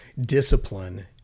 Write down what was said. Discipline